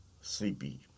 sleepy